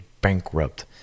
bankrupt